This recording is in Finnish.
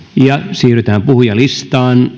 siirrytään puhujalistaan